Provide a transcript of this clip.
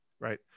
Right